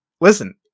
listen